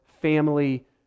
family